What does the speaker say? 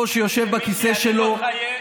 לא ייאמן,